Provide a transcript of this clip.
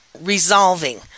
resolving